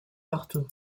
partout